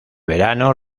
verano